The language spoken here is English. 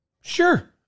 sure